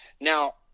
now